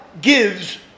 gives